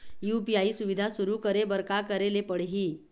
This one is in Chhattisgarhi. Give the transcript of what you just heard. यू.पी.आई सुविधा शुरू करे बर का करे ले पड़ही?